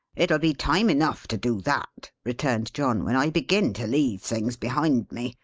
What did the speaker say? it'll be time enough to do that, returned john, when i begin to leave things behind me.